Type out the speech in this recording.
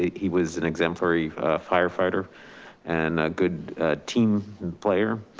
ah he was an exemplary firefighter and a good team player,